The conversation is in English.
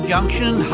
Junction